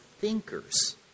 thinkers